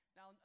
Now